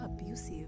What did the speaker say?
abusive